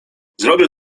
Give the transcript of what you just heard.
zrobię